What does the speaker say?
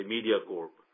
Mediacorp